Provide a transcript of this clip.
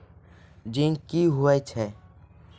Zinc क्या हैं?